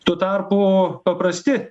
tuo tarpu paprasti